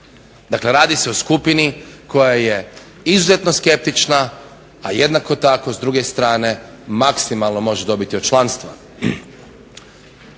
Dakle, radi se o skupini koja je izuzetno skeptična, a jednako tako s druge strane maksimalno može dobiti od članstva.